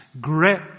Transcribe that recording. grip